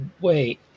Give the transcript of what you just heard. Wait